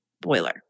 boiler